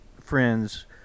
friends